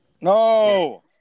No